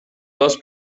dos